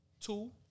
two